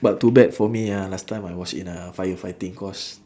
but too bad for me ah last time I was in a firefighting course